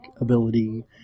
ability